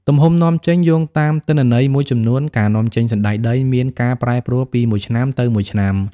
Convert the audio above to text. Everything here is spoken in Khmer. ទំហំនាំចេញ យោងតាមទិន្នន័យមួយចំនួន ការនាំចេញសណ្តែកដីមានការប្រែប្រួលពីមួយឆ្នាំទៅមួយឆ្នាំ។